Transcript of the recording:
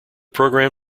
program